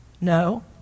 No